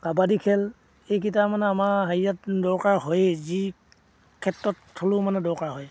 কাবাডী খেল এইকেইটা মানে আমাৰ হেৰিয়াত দৰকাৰ হয়েই যি ক্ষেত্ৰত হ'লেও মানে দৰকাৰ হয়